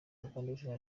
uganda